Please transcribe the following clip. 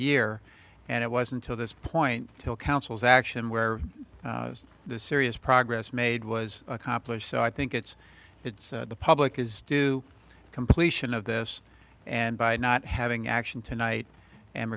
year and it was until this point till councils action where the serious progress made was accomplished so i think it's it's the public is due completion of this and by not having action tonight and